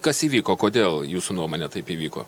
kas įvyko kodėl jūsų nuomone taip įvyko